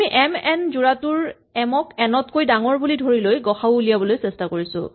আমি M N যোৰাটোৰ M ক এন তকৈ ডাঙৰ বুলি ধৰি লৈ গ সা উ উলিয়াবলৈ চেষ্টা কৰিছো